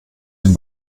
dem